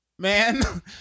Man